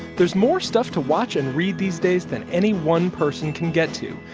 there's more stuff to watch and read these days than any one person can get to.